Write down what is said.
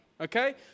okay